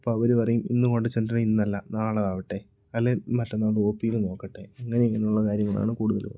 അപ്പം അവര് പറയും ഇന്ന് കൊണ്ട് ചെന്നാൽ ഇന്നല്ല നാളെ ആവട്ടെ അല്ലേ മറ്റന്നാള് ഓ പിയിൽ നോക്കട്ടെ അങ്ങനെ ഇങ്ങനെയുള്ള കാര്യങ്ങളാണ് കൂടുതലും